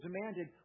demanded